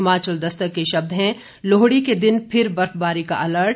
हिमाचल दस्तक के शब्द हैं लोहड़ी के दिन फिर बर्फबारी का अलर्ट